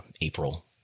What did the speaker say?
April